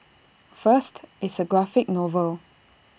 first it's A graphic novel